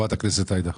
חברת הכנסת עאידה.